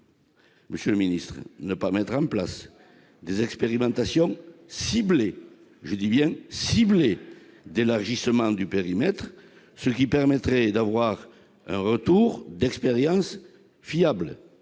monsieur le ministre, pourquoi ne pas mettre en place des expérimentations ciblées- je dis bien ciblées -d'élargissement du périmètre ? Cela permettrait de disposer d'un retour d'expérience fiable,